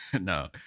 no